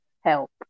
help